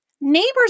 neighbors